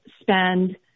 spend